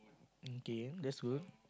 okay that's good